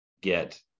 get